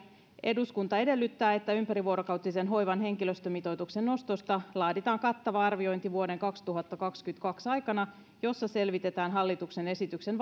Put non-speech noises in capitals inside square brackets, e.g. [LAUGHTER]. eduskunta edellyttää että ympärivuorokautisen hoivan henkilöstömitoituksen nostosta laaditaan kattava arviointi vuoden kaksituhattakaksikymmentäkaksi aikana jossa selvitetään hallituksen esityksen [UNINTELLIGIBLE]